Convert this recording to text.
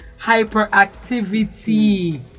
hyperactivity